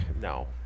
no